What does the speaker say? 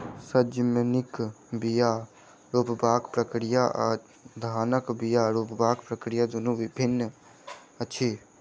सजमनिक बीया रोपबाक प्रक्रिया आ धानक बीया रोपबाक प्रक्रिया दुनु भिन्न अछि